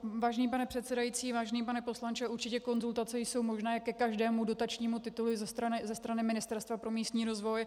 Vážený pane předsedající, vážený pane poslanče, určitě konzultace jsou možné ke každému dotačnímu titulu i ze strany Ministerstva pro místní rozvoj.